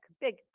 big